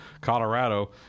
Colorado